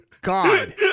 God